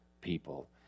people